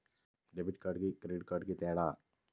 Debit కార్డుకి credit కార్డుకి తేడా?